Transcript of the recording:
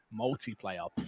multiplayer